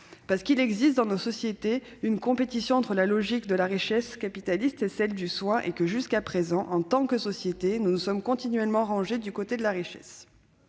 Parce qu'il existe, dans nos sociétés, une compétition, entre la logique de la richesse capitaliste et celle du " soin ", et jusqu'à présent, en tant que société, nous nous sommes continuellement rangés du côté de la richesse.